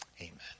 amen